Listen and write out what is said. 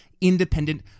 independent